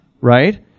right